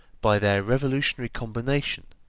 by their revolutionary combination,